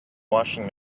washing